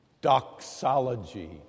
doxology